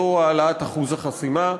זו העלאת אחוז החסימה.